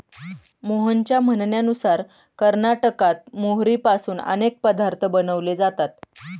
मोहनच्या म्हणण्यानुसार कर्नाटकात मोहरीपासून अनेक पदार्थ बनवले जातात